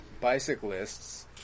bicyclists